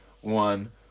one